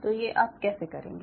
तो ये आप कैसे करेंगे